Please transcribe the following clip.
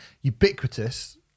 Ubiquitous